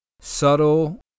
subtle